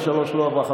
23 לא עברה.